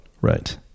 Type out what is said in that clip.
Right